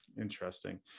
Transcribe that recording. Interesting